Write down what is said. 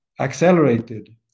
accelerated